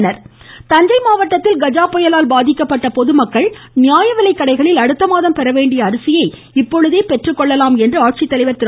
கஜாடபுயல் தஞ்சை தஞ்சை மாவட்டத்தில் கஜா புயலால் பாதிக்கப்பட்ட பொகுமக்கள் நியாயவிலைக்கடைகளில் அடுத்த மாதம் பெற வேண்டிய அரிசியை தற்போதே பெற்றுக்கொள்ளலாம் என்று ஆட்சித்தலைவர் திரு